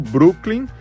Brooklyn